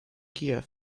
gier